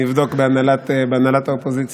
אני אבדוק בהנהלת האופוזיציה.